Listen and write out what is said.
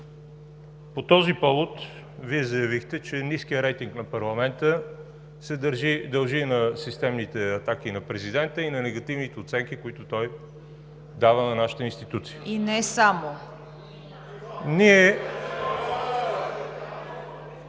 По този повод Вие заявихте, че ниският рейтинг на парламента се дължи на системните атаки на президента и на негативните оценки, които той дава на нашата институция. ПРЕДСЕДАТЕЛ